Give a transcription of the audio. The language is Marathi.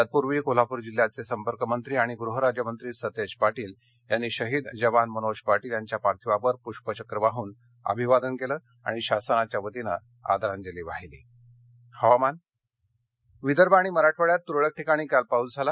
तत्पूर्वी कोल्हापूर जिल्ह्याचे पालकमंत्री आणि गृहराज्यमंत्री सतेज पार्शिल यांनी शहीद जवान मनोज पार्शिल यांच्या पार्थिवावर पुष्पचक्र वाहून अभिवादन केलं आणि शासनाच्या वतीने आदरांजली वाहिली हवामान् विदर्भ आणि मराठवाड्यात तुरळक ठिकाणी काल पाऊस झाला